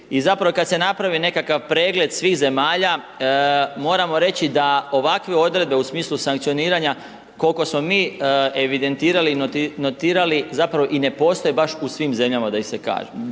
i zapravo kad se napravi nekakav pregled svih zemalja moramo reći da ovakve odredbe u smislu sankcioniranja koliko smo mi evidentirali i notirali zapravo i ne postoje baš u svim zemljama da mogu tako